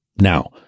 now